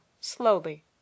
slowly